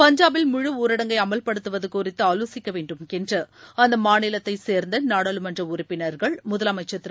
பஞ்சாபில் முழு ஊரடங்கை அமல்படுத்துவது குறித்து ஆலோசிக்க வேண்டும் என்று அந்த மாநிலத்தைச் சேர்ந்த நாடாளுமன்ற உறுப்பினர்கள் முதலமைச்சர் திரு